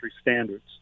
standards